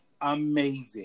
amazing